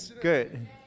Good